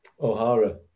O'Hara